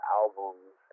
albums